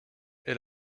est